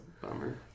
Bummer